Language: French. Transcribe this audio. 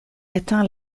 atteint